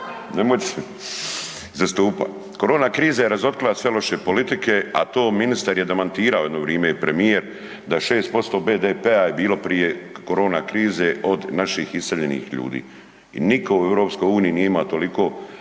nemojte se, iza stupa. Korona kriza je razotkrila sve loše politike, a to ministar je demantirao jedno vrime i premijer da 6% BDP-a je bilo prije korona krize od naših iseljenih ljudi i niko u EU nije ima toliko